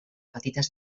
petites